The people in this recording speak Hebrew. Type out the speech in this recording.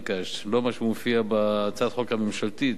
לא מה שמופיע בהצעת החוק הממשלתית,